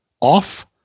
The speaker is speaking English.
off